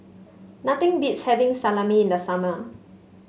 nothing beats having Salami in the summer